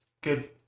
good